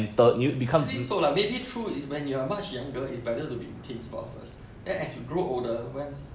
actually so lah maybe true is when you're much younger is better to be team sports first then as you grow older once